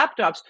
laptops